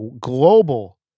global